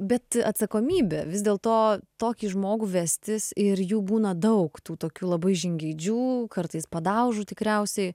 bet atsakomybė vis dėlto tokį žmogų vestis ir jų būna daug tų tokių labai žingeidžių kartais padaužų tikriausiai